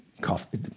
coffee